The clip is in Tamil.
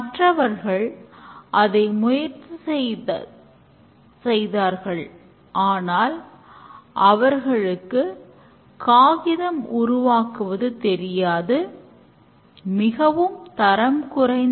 மேலும் சில குணநலன்களும் உண்டு அதில் முக்கிய குணநலன் சுய ஒழுங்கமைப்பு குழு